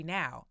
now